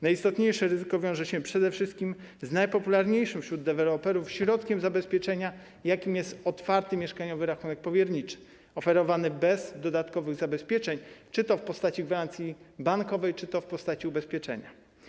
Najistotniejsze ryzyko wiąże się przede wszystkim z najpopularniejszym wśród deweloperów środkiem zabezpieczenia, jakim jest otwarty mieszkaniowy rachunek powierniczy oferowany bez dodatkowych zabezpieczeń czy to w postaci gwarancji bankowej, czy to w postaci ubezpieczenia.